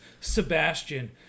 sebastian